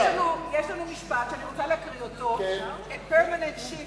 יש לנו משפט שאני רוצה להקריא אותו: A permanent shift